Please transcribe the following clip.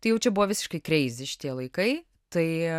tai jau čia buvo visiškai kreizi šiti laikai tai